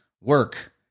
work